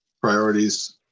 priorities